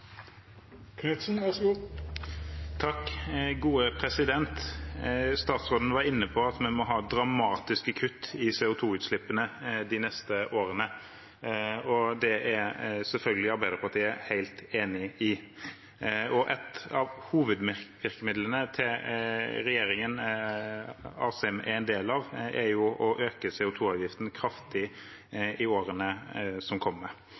Statsråden var inne på at vi må ha dramatiske kutt i CO 2 -utslippene de neste årene. Det er selvfølgelig Arbeiderpartiet helt enig i. Et av hovedvirkemidlene til regjeringen Asheim er en del av, er jo å øke CO 2 -avgiften kraftig i årene som kommer.